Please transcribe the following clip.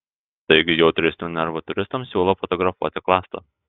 taigi jautresnių nervų turistams siūlau fotografuoti klasta